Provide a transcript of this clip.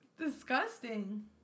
Disgusting